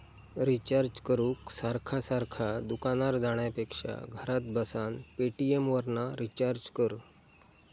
recharge करूक सारखा सारखा दुकानार जाण्यापेक्षा घरात बसान पेटीएमवरना रिचार्ज कर